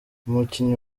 umukinyi